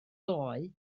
ddoe